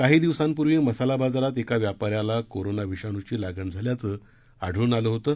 काही दिवसांपूर्वी मसाला बाजारात एका व्यापा याला कोरोना विषाणूची लागण झाल्याचं आढळन आलं होतं